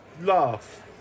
Laugh